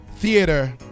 theater